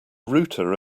router